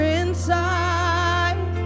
inside